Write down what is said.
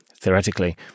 theoretically